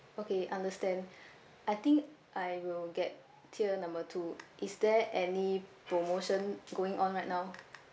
okay understand I think I will get tier number two is there any promotion going on right now